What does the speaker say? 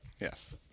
Yes